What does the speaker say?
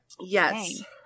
Yes